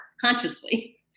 consciously